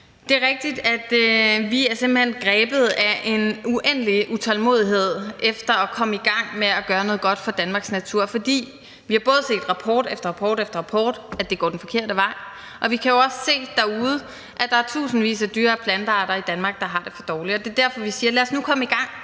Det er rigtigt, at vi simpelt hen er grebet af en uendelig utålmodighed efter at komme i gang med at gøre noget godt for Danmarks natur, for vi har både set i rapport efter rapport, at det går den forkerte vej, og vi kan jo også se derude, at der er tusindvis af dyre- og plantearter i Danmark, der har det for dårligt. Det er derfor, vi siger: Lad os nu komme i gang.